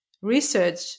research